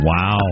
Wow